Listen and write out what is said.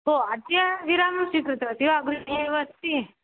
अद्य विरामं स्वीकृतवती वा गृहे एव अस्ति